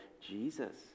Jesus